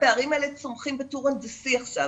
הפערים האלה צומחים בטור הנדסי עכשיו.